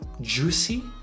juicy